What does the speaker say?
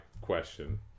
question